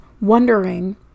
wondering